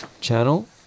channel